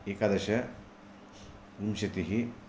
एकादश विंशतिः